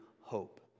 hope